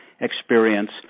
experience